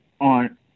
on